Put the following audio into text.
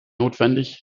notwendig